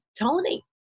Tony